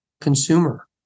consumer